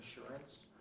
insurance